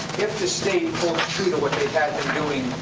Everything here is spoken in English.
if the state holds true to what they have been doing